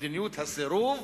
מדיניות הסירוב